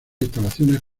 instalaciones